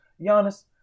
Giannis